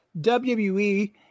WWE